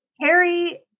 Harry